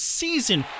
season